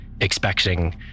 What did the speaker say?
expecting